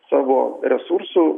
savo resursų